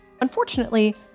Unfortunately